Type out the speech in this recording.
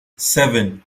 seven